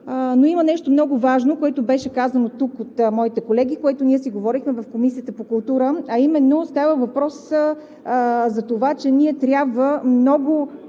Но има нещо много важно, което беше казано тук от моите колеги, което ние си говорихме в Комисията по културата и медиите, а именно става въпрос за това, че ние трябва много